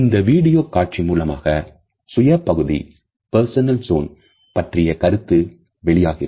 இந்த வீடியோ காட்சி மூலமாக சுய பகுதி பற்றிய கருத்து தெளிவாகிறது